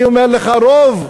אני אומר לך: רוב,